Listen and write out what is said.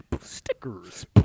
Stickers